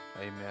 Amen